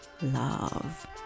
love